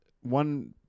one